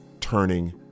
turning